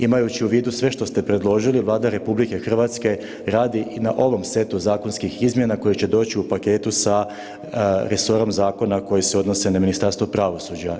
Imajući u vidu sve što ste predložili Vlada RH radi i na ovom setu zakonskih izmjena koje će doći u paketu sa resorom zakona koje se odnose na Ministarstvo pravosuđa.